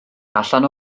allan